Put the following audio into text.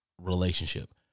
relationship